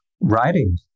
Writing